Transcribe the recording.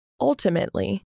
Ultimately